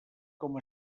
com